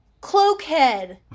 cloakhead